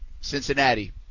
Cincinnati